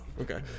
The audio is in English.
okay